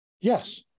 Yes